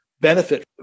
benefit